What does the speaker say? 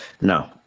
no